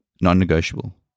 non-negotiable